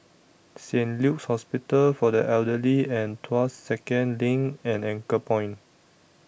Saint Luke's Hospital For The Elderly and Tuas Second LINK and Anchorpoint